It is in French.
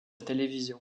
télévision